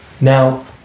Now